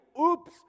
oops